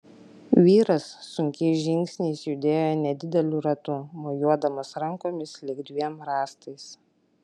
vyras sunkiais žingsniais judėjo nedideliu ratu mojuodamas rankomis lyg dviem rąstais